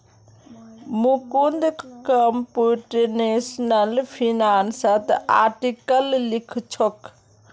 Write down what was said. Mukund computational फिनांसत article लिखछोक